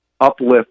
uplift